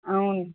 అవును